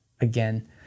again